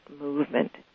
movement